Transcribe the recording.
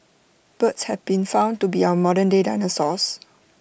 birds have been found to be our modernday dinosaurs